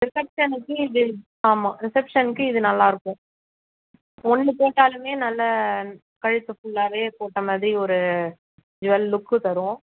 ரிசெப்ஷனுக்கு இது ஆமாம் ரிசெப்ஷனுக்கு இது நல்லாருக்கும் ஒன்று போட்டாலுமே நல்ல கழுத்து ஃபுல்லாகவே போட்டமாதிரி ஒரு ஜ்வல் லுக்கு தரும்